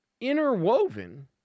interwoven